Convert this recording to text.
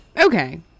Okay